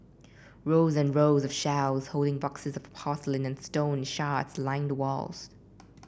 rows and rows of shelves holding boxes of porcelain and stone shards line the walls